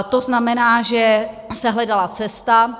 To znamená, že se hledala cesta.